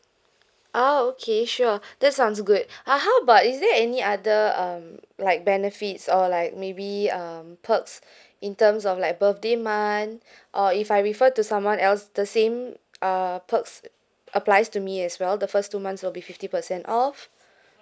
ah okay sure that sounds good uh how about is it any other um like benefits or like maybe um perks in terms of like birthday month or if I refer to someone else the same uh perks applies to me as well the first two months will be fifty percent off